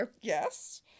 yes